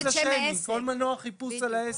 כל מנוע חיפוש על העסק.